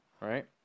right